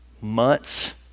months